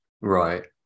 right